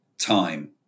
time